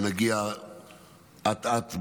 ונגיע אט-אט,